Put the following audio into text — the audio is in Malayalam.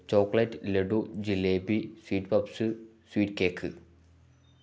chocolate laddu jalebi sweet puffs sweet cake